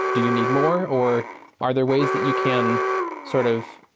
do you need more, or are there ways that you can sort of,